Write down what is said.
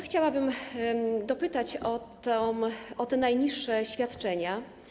Chciałabym dopytać o najniższe świadczenia.